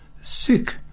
sick